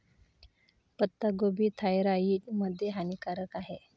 पत्ताकोबी थायरॉईड मध्ये हानिकारक आहे